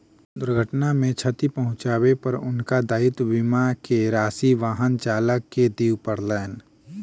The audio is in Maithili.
दुर्घटना मे क्षति पहुँचाबै पर हुनका दायित्व बीमा के राशि वाहन चालक के दिअ पड़लैन